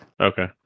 okay